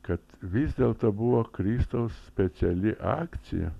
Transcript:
kad vis dėlto buvo kristaus speciali akcija